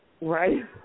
Right